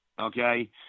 okay